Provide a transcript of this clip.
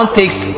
takes